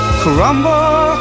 crumble